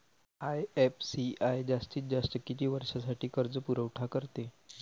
IFCI जास्तीत जास्त किती वर्षासाठी कर्जपुरवठा करते?